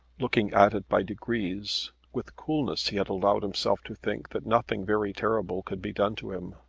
looking at it by degrees with coolness he had allowed himself to think that nothing very terrible could be done to him.